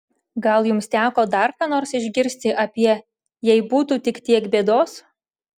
gal jums teko dar ką nors išgirsti apie jei būtų tik tiek bėdos